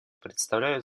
представляют